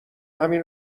همین